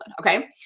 okay